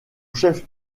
chef